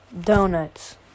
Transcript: Donuts